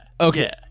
okay